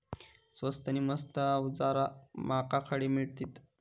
स्वस्त नी मस्त अवजारा माका खडे मिळतीत?